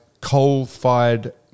coal-fired